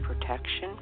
protection